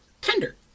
tender